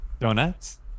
donuts